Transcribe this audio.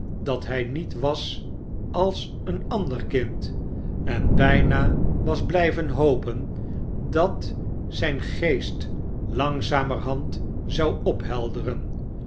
dat hij niet was als een ander kind en bijna was blijven hopen dat zijn geest langzamerhand zou ophelderen